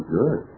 good